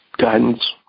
guidance